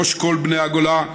ראש כל בני הגולה,